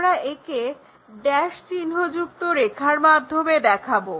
আমরা একে ড্যাশ চিহ্ন যুক্ত রেখার মাধ্যমে দেখাবো